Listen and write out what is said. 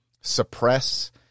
suppress